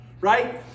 right